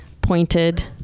pointed